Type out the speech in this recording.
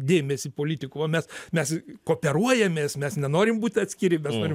dėmesį politikų o mes mes kooperuojamės mes nenorim būt atskiri mes norim